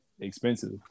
expensive